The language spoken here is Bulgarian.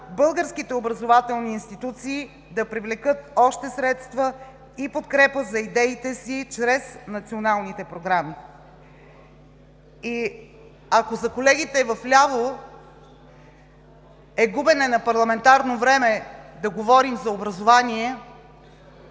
българските образователни институции да привлекат още средства и подкрепа за идеите си чрез националните програми. И ако за колегите вляво е губене на парламентарно време да говорим за образование